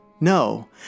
No